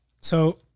So-